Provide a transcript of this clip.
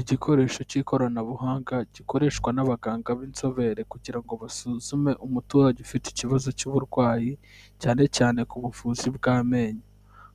Igikoresho cy'ikoranabuhanga gikoreshwa n'abaganga b'inzobere kugira ngo basuzume umuturage ufite ikibazo cy'uburwayi cyane cyane ku buvuzi bw'amenyo,